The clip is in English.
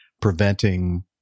preventing